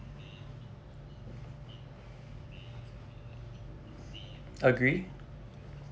agree